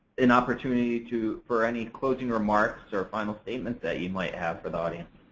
an opportunity to for any closing remarks or final statement that you might have for the audience.